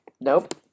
nope